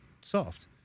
soft